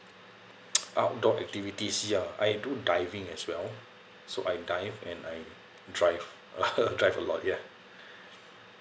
outdoor activities ya I do diving as well so I dive and I drive drive a lot ya